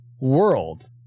world